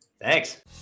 thanks